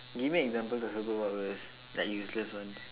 give me example of superpowers like useless one